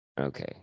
okay